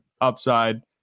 upside